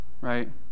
right